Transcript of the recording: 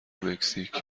مکزیک